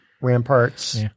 ramparts